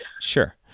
Sure